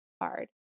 hard